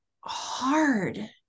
hard